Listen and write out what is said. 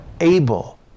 able